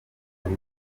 ari